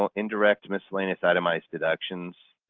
um indirect miscellaneous itemized deductions.